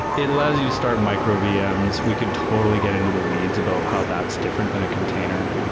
it allows you to start micro vms. we could totally get into the weeds about how that's different than a container.